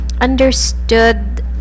understood